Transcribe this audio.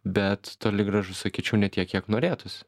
bet toli gražu sakyčiau ne tiek kiek norėtųs